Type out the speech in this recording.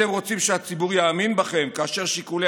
אתם רוצים שהציבור יאמין בכם כאשר שיקולי